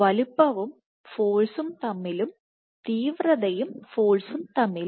വലുപ്പവും ഫോഴ്സും തമ്മിലും തീവ്രതയും ഫോഴ്സും തമ്മിലും